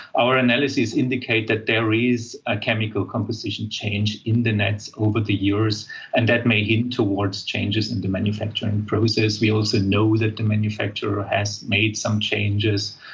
our analyses indicate that there is a chemical composition change in the nets over the years and that may hint towards changes in the manufacturing process. we also know that the manufacturer has made some changes,